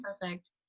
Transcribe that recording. perfect